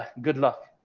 good luck.